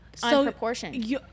unproportioned